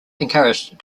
encouraged